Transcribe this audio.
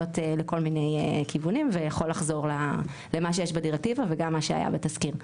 לכל מיני כיוונים ויכול לחזור למה שיש בדירקטיבה וגם למה שיש בתזכיר.